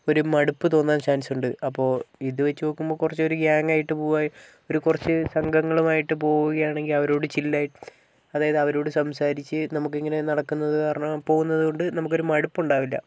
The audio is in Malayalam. ഒരു മടുപ്പ് തോന്നാൻ ചാൻസുണ്ട് അപ്പോൾ ഇതുവച്ച് നോക്കുമ്പോൾ കുറച്ച് ഒരു ഗ്യാങ്ങായിട്ട് പോകാൻ ഒരു കുറച്ചു സംഘങ്ങളുമായിട്ട് പോവുകയാണെങ്കിൽ അവരോട് ചില്ലായി അതായത് അവരോട് സംസാരിച്ച് നമുക്കിങ്ങനെ നടക്കുന്നത് കാരണം പോകുന്നതുകൊണ്ട് നമുക്കൊരു മടുപ്പു ഉണ്ടാവില്ല